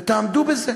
ותעמדו בזה,